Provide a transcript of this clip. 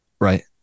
Right